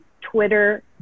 Twitter